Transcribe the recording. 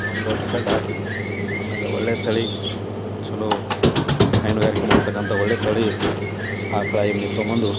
ಒಂದು ದೊಡ್ಡ ಸೆಡ್ ಹಾಕಿ ಆಮೇಲೆ ಒಳ್ಳೆಯ ತಳಿ ಚೊಲೋ ಹೈನುಗಾರಿಕೆ ಮಾಡತಕ್ಕಂಥ ಒಳ್ಳೆಯ ತಳಿ ಆಕಳ ಎಮ್ಮೆ ತೊಗೊಂಡ್ಬಂದು